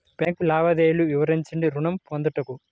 Bank లావాదేవీలు వివరించండి ఋణము పొందుటకు?